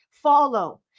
follow